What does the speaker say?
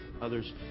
others